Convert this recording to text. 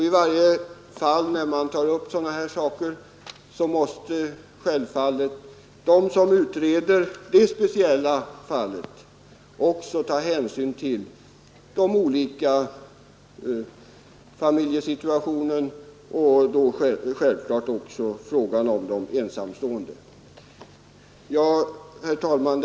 I varje fall där man tar upp sådana här frågor måste självfallet de som utreder det speciella fallet också ta hänsyn till familjesituationen och självklart också till frågan om de ensamstående. Herr talman!